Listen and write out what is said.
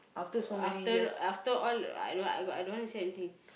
after after all I don't I don't I don't want to see anything